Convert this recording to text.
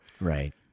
Right